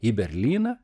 į berlyną